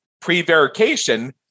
Prevarication